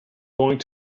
going